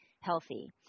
healthy